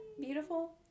beautiful